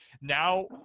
now